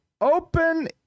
open